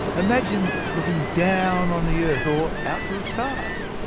imagine looking down on the earth, or out to the stars,